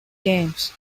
games